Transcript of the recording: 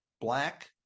Black